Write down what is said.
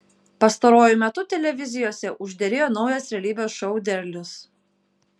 pastaruoju metu televizijose užderėjo naujas realybės šou derlius